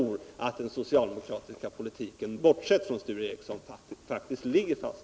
Jag tror att den socialdemokratiska politiken på detta område, bortsett från Sture Ericson, faktiskt ligger fast.